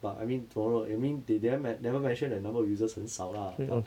but I mean tomorrow I mean they didn't men~ never mentioned the number of users 很少啦 but